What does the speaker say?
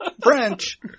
French